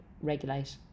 regulate